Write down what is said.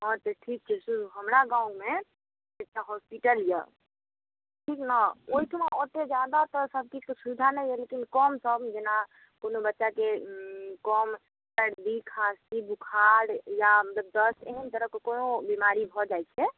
हँ तऽ ठीक छै सुनु हमरा गाँवमे एकटा हॉस्पिटल यऽ ठीक ने ओहिठुमाँ ओतेक जादा तर सबकिछुके सुविधा नहि यऽ लेकिन कम सम जेना कोनो बच्चाके कम सर्दी खाँसी बूखार या दस्त ऐहन तरहके कोनो बीमारी भऽ जाइत छै